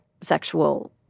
sexual